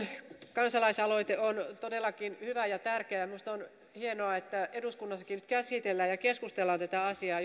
kansalaisaloite on todellakin hyvä ja tärkeä minusta on hienoa että eduskunnassakin käsitellään tätä asiaa